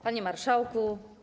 Panie Marszałku!